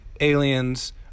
aliens